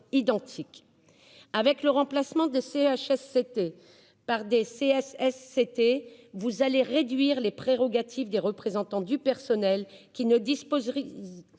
identiques ». Le remplacement des CHSCT par des CSSCT réduira les prérogatives des représentants du personnel, qui ne disposeront